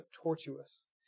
tortuous